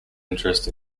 interest